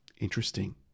Interesting